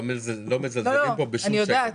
לא מזלזלים פה בוועדה בשום שקל.